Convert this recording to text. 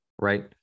right